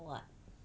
what